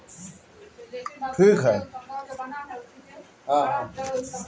तिल कअ तेल देहि में आइल सुजन के कम करे में काम देला